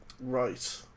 Right